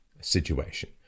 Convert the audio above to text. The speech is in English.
situation